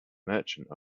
merchant